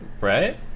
Right